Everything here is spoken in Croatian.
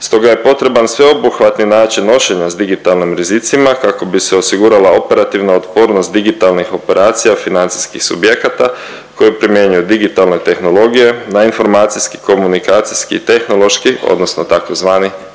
Stoga je potreban sveobuhvatni način nošenja s digitalnim rizicima kako bi se osigurala operativna otpornost digitalnih operacija financijskih subjekata koje primjenjuju digitalne tehnologije na informacijski, komunikacijski i tehnološki odnosno tzv.